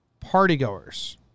partygoers